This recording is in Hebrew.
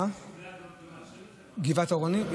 גבעת אורנים?